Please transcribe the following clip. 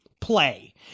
play